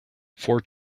four